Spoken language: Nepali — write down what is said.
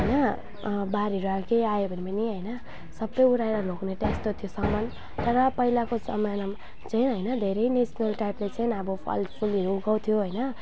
होइन बाढीहरू आ केही आयो भने पनि होइन सबै उडाएर लग्ने त्यस्तो थुयो सामान तर पहिलाको जमानामा चाहिँ होइन धेरै नेसनल टाइपले चाहिँ अब फलफुल उगाउँथ्यो होइन